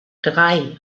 drei